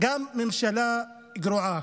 גם ממשלה גרועה.